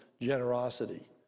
generosity